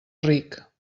ric